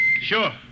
Sure